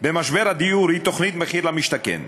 במשבר הדיור היא תוכנית מחיר למשתכן.